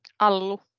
Allu